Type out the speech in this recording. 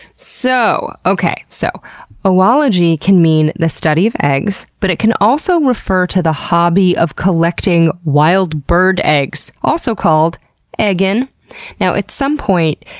so so oology can mean the study of eggs, but it can also refer to the hobby of collecting wild bird eggs, also called egging. now, at some point,